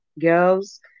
girls